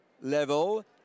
level